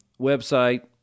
website